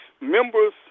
members